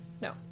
No